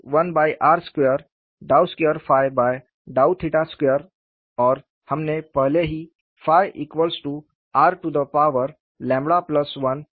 और rr 1r∂ ∂ r1r2∂ 2∂ 2 और हमने पहले ही r1f लिया हैं